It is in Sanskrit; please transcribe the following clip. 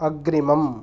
अग्रिमम्